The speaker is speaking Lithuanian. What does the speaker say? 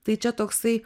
tai čia toksai